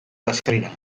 baserrira